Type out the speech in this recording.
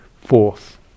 fourth